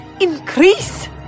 increase